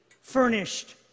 furnished